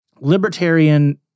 libertarian